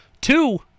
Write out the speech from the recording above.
Two